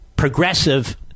progressive